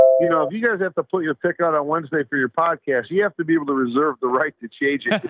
you know, if you guys have to put your pick out on wednesday for your podcast, you you have to be able to reserve the right to change yeah